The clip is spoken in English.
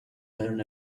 learn